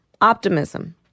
Optimism